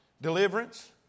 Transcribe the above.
Deliverance